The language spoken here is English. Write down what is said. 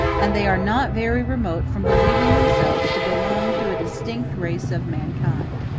and they are not very remote from believing themselves to belong to a distinct race of mankind.